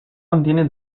contiene